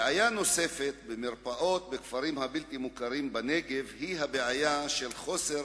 בעיה נוספת במרפאות בכפרים הבלתי-מוכרים בנגב היא הבעיה של חוסר